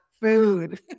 food